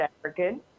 African